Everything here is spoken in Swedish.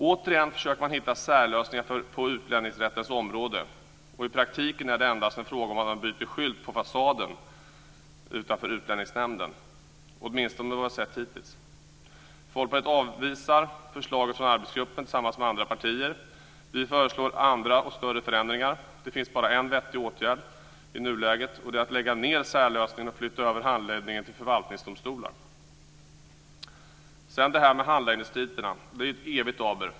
Återigen försöker man hitta särlösningar på utlänningsrättens område, och i praktiken är det endast en fråga om att man byter skylt på fasaden utanför Utlänningsnämnden - åtminstone att döma av det som man har sett hittills. Folkpartiet avvisar förslaget från arbetsgruppen tillsammans med andra partier. Vi föreslår andra, och större, förändringar. Det finns bara en vettig åtgärd i nuläget - att lägga ned särlösningen och flytta över handläggningen till förvaltningsdomstolar. Handläggningstiderna är ett evigt aber.